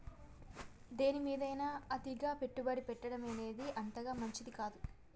దేనిమీదైనా అతిగా పెట్టుబడి పెట్టడమనేది అంతగా మంచిది కాదు